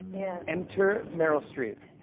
yeah. enter meryl streep.